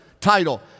title